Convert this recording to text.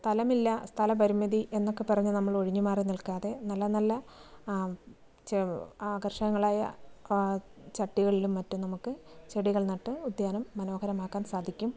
സ്ഥലമില്ല സ്ഥല പരിമിതി എന്നൊക്കെ പറഞ്ഞ് നമ്മൾ ഒഴിഞ്ഞ് മാറി നിൽക്കാതെ നല്ല നല്ല ആ ചെ ആകർഷങ്ങളായ ആ ചട്ടികളിലും മറ്റും നമുക്ക് ചെടികൾ നട്ട് ഉദ്യാനം മനോഹരമാക്കാൻ സാധിക്കും